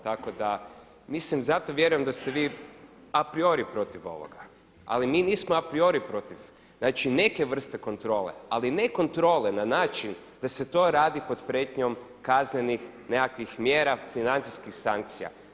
Tako da mislim, zato vjerujem da ste vi apriori protiv ovoga, ali mi nismo apriori protiv neke vrste kontrole, ali ne kontrole na način da se to radi pod prijetnjom kaznenih nekakvih mjera, financijskih sankcija.